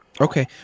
Okay